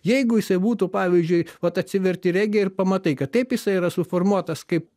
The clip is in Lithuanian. jeigu jisai būtų pavyzdžiui vat atsiverti regiją ir pamatai kad taip jisai yra suformuotas kaip